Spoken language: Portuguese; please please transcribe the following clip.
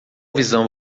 visão